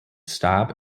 starb